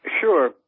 Sure